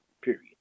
Period